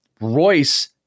Royce